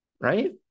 right